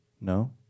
No